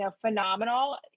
phenomenal